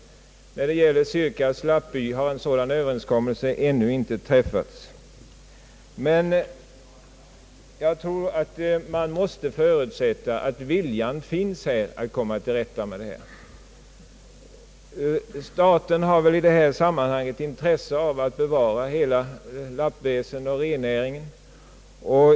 När det gäller Sirkas lappby har en sådan överenskommelse ännu inte träffats. Jag tror att man måste förutsätta att viljan att komma till rätta med detta problem finns, Staten har i detta sammanhang intresse av att bevara hela lappväsendet och rennäringen.